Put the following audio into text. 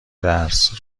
درس